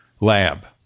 lab